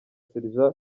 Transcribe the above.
sergent